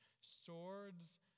Swords